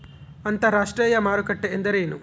ಅಂತರಾಷ್ಟ್ರೇಯ ಮಾರುಕಟ್ಟೆ ಎಂದರೇನು?